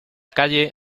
calle